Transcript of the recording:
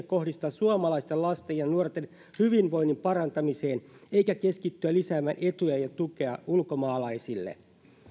kohdistaa suomalaisten lasten ja nuorten hyvinvoinnin parantamiseen eikä keskittyä lisäämään etuja ja tukea ulkomaalaisille